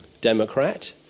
Democrat